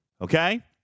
okay